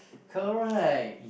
correct